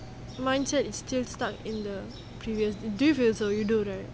mindset is still stuck in the previous do you feel so you do right